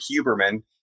Huberman